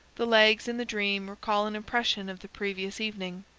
the legs in the dream recall an impression of the previous evening.